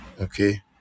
okay